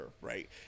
right